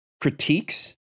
critiques